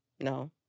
No